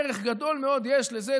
ערך גדול מאוד יש לזה,